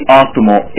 optimal